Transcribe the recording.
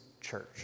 church